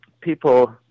people